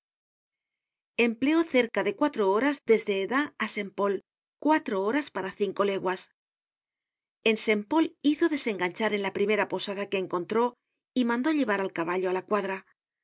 empleó cerca de cuatro horas desde hesdin á saint pol cuatro horas para cinco leguas en saint pol hizo desenganchar en la primera posada que encontró y mandó llevar el caballo á la cuadra